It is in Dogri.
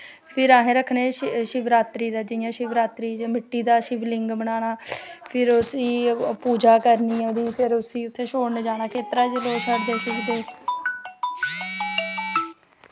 फिर असैं रक्खने शिवरात्री दा जियां शिवरात्री च मिट्टी दा शिवलिंग बनाना फिर उस्सी पूजा करनी ओह्दी फिर उस्सी उत्थें शोड़न जाना खेत्तरै च